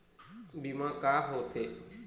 बीमा का होते?